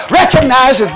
recognize